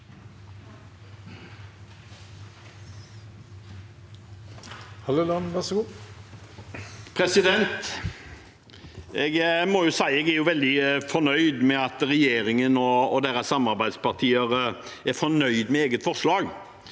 må si at jeg er veldig fornøyd med at regjeringen og deres samarbeidspartier er fornøyde med eget forslag,